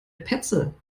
petze